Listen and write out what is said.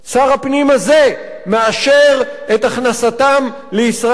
ושר הפנים הזה מאשר את הכנסתם לישראל